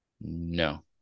No